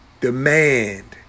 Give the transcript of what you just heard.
Demand